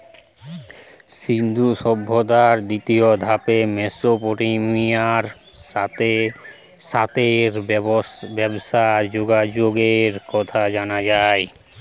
সিন্ধু সভ্যতার দ্বিতীয় ধাপে মেসোপটেমিয়ার সাথ রে ব্যবসার যোগাযোগের কথা জানা যায়